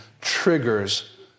triggers